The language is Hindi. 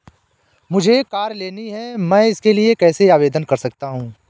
मुझे कार लेनी है मैं इसके लिए कैसे आवेदन कर सकता हूँ?